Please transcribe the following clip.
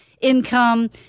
income